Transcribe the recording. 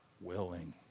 willing